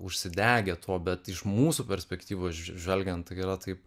užsidegę tuo bet iš mūsų perspektyvos žvelgiant tai yra taip